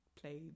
played